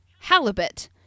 halibut